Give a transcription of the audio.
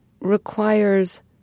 requires